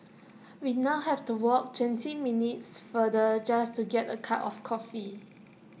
we now have to walk twenty minutes farther just to get A cup of coffee